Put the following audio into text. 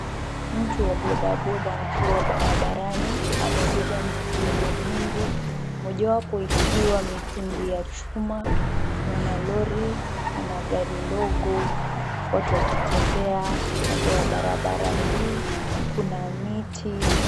Mtu wa bodaboda akiwa barabarani amebeba mizigo mingi, moja wapo ikiwa mitungi ya chuma tunaona lorry kuna gari ndogo watu wakitembea kando ya barabara hii kuna miti.